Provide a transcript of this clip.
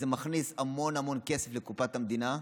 זה מכניס המון המון כסף לקופת המדינה,